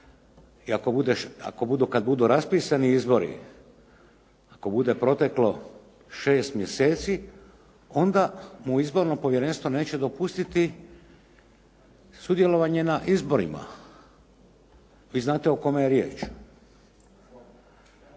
kad budu raspisani izbori ako bude proteklo šest mjeseci onda mu Izborno povjerenstvo neće dopustiti sudjelovanje na izborima. Vi znate o kome je riječ.